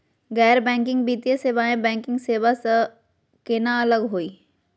गैर बैंकिंग वित्तीय सेवाएं, बैंकिंग सेवा स केना अलग होई हे?